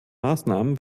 maßnahmen